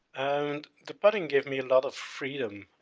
and the pudding gave me a lot of freedom.